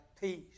peace